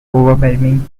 overwhelming